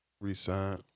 Resign